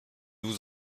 vous